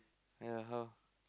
ya how